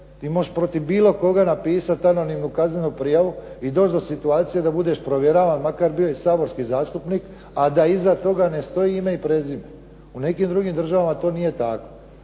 Ti možeš protiv bilo koga napisati anonimnu kaznenu prijavu i doći do situacije da budeš provjeravan makar bio i saborski zastupnik, a da iza toga ne stoji ime i prezime. U nekim drugim državama nije tako.